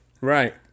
Right